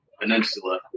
Peninsula